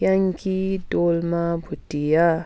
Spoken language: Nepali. याङ्की डोल्मा भोटिया